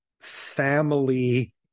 Family